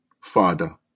father